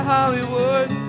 Hollywood